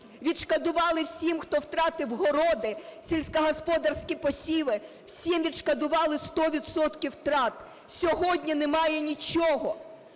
Відшкодували всім, хто втратив городи, сільськогосподарські посіви. Всім відшкодували 100 відсотків втрат. Сьогодні немає нічого.